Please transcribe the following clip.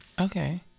Okay